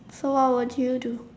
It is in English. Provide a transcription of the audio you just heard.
so what would you do